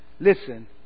listen